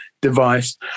device